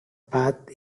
path